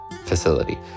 facility